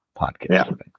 podcast